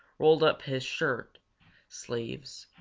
rolled up his shirt sleeves,